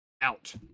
Out